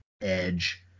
edge